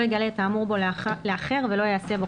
לא יגלה את האמור בו לאחר ולא יעשה בו